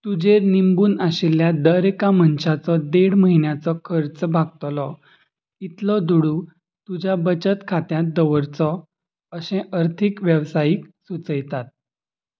तुजेर निंबून आशिल्ल्या दर एका मनशाचो देड म्हयन्याचो खर्च भागतलो इतलो दुडू तुज्या बचत खात्यांत दवरचो अशें अर्थीक वेवसायीक सुचयतात